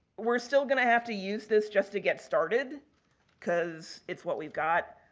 we're still going to have to use this just to get started because it's what we've got.